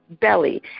belly